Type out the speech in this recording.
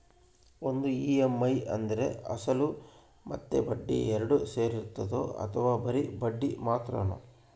ಒಂದು ಇ.ಎಮ್.ಐ ಅಂದ್ರೆ ಅಸಲು ಮತ್ತೆ ಬಡ್ಡಿ ಎರಡು ಸೇರಿರ್ತದೋ ಅಥವಾ ಬರಿ ಬಡ್ಡಿ ಮಾತ್ರನೋ?